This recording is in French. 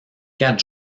quatre